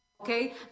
Okay